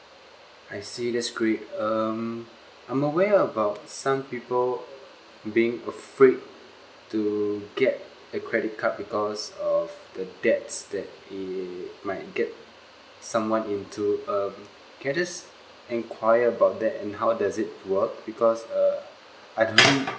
I see that's great um I'm aware about some people being afraid to get the credit card because of the debts that they might get someone into um can I just enquire about that and how does it work because err I probably